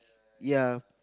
ya